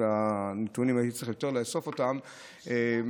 אז הייתי צריך לאסוף את הנתונים.